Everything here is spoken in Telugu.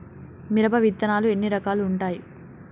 మిరప విత్తనాలు ఎన్ని రకాలు ఉంటాయి?